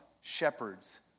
shepherds